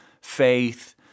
faith